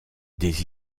des